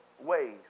ways